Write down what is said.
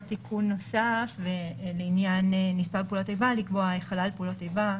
תיקון נוסף לעניין נספה בפעולות איבה לקבוע חלל פעולות איבה,